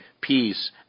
peace